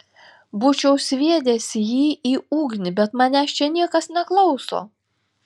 būčiau sviedęs jį į ugnį bet manęs čia niekas neklauso